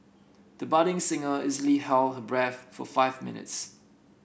the budding singer easily held her breath for five minutes